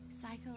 cycle